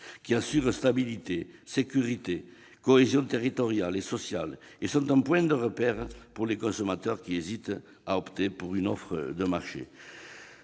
qui assurent stabilité, sécurité et cohésion territoriale et sociale et qui sont aussi un point de repère pour les consommateurs qui hésitent à opter pour une offre de marché.